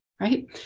right